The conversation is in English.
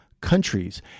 countries